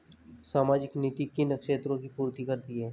सामाजिक नीति किन क्षेत्रों की पूर्ति करती है?